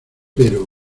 pero